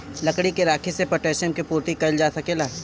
लकड़ी के राखी से पोटैशियम के पूर्ति कइल जा सकेला